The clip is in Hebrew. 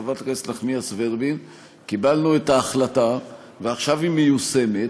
חברת הכנסת נחמיאס ורבין: קיבלנו את ההחלטה ועכשיו היא מיושמת,